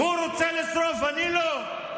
הוא רוצה לשרוף, אני לא.